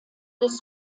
des